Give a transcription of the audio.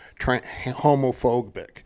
homophobic